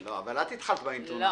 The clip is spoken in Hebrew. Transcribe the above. לא, אבל את התחלת באינטונציה.